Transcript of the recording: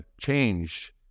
change